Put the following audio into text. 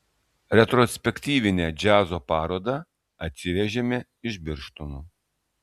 retrospektyvinę džiazo parodą atsivežėme iš birštono